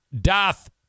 doth